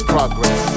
Progress